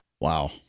Wow